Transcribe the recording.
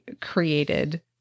created